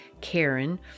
Karen